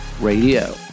Radio